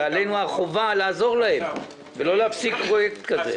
ועלינו החובה לעזור להם ולא להפסיק פרויקט כזה.